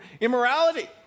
immorality